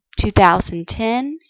2010